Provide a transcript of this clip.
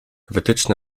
wytyczne